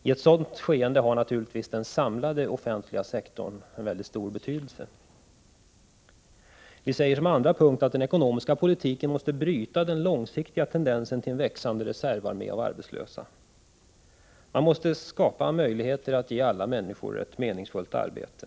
I ett sådant skeende har naturligtvis den samlade offentliga sektorn mycket stor betydelse. Vi säger under den andra punkten att den ekonomiska politiken måste bryta den långsiktiga tendensen till en växande reservarmé av arbetslösa. Man måste skapa möjligheter att ge alla människor ett meningsfullt arbete.